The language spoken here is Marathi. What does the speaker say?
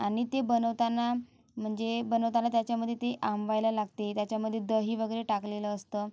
आणि ते बनवताना म्हणजे बनवताना त्याच्यामध्ये ते आंबवायला लागते त्याच्यामध्ये दही वगैरे टाकलेलं असतं